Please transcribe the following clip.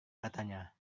katanya